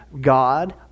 God